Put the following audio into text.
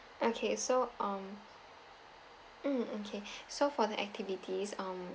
okay so um um okay so for the activities um